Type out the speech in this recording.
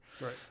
Right